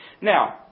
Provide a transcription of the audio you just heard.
Now